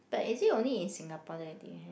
but is it only in Singapore that they have